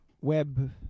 web